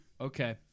Okay